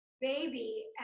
baby